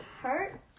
hurt